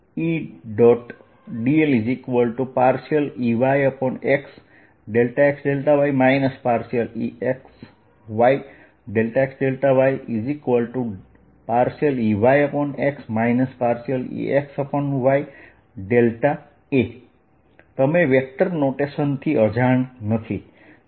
dlEY∂Xxy EX∂yxyEY∂X EX∂y A તમે vector નોટેશનથી અજાણ નથી